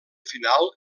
final